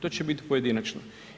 To će biti pojedinačno.